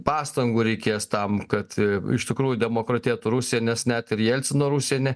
pastangų reikės tam kad iš tikrųjų demokratėtų rusija nes net ir jelcino rusija ne